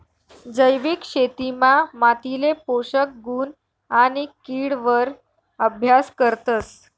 जैविक शेतीमा मातीले पोषक गुण आणि किड वर अभ्यास करतस